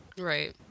right